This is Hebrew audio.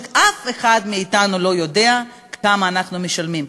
כשאף אחד מאתנו לא יודע כמה אנחנו משלמים.